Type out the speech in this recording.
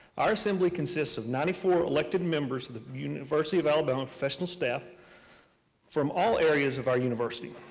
our assembly consists of ninety four elected members of the university of alabama professional staff from all areas of our university.